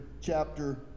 chapter